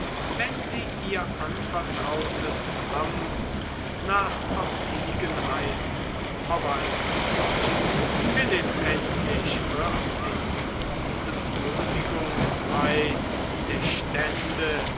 wenn sie ihr anvertrautes amt nach obliegenheit verwalten philipp endlich wird in diesem huldigungseid der stände